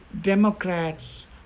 Democrats